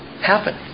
happen